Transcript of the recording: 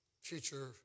future